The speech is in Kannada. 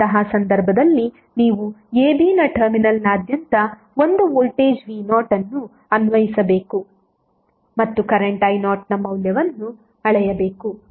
ಅಂತಹ ಸಂದರ್ಭದಲ್ಲಿ ನೀವು ab ನ ಟರ್ಮಿನಲ್ನಾದ್ಯಂತ ಒಂದು ವೋಲ್ಟೇಜ್ v0 ಅನ್ನು ಅನ್ವಯಿಸಬೇಕು ಮತ್ತು ಕರೆಂಟ್ i0ನ ಮೌಲ್ಯವನ್ನು ಅಳೆಯಬೇಕು